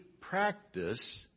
practice